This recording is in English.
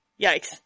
Yikes